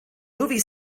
movie